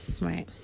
right